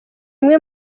imwe